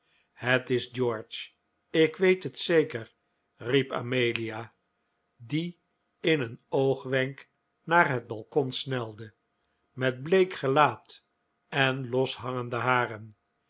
het is george ik weet het zeker riep amelia die in een oogwenk naar het balkon snelde met bleek gelaat en loshangende haren